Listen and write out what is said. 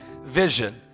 vision